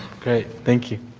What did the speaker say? thank you.